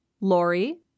Lori